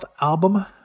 album